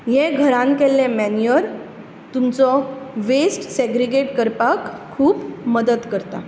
हे घरान केल्ले मेन्युअर तुमचो वेस्ट सेग्रिगेट करपाक खूब मदत करता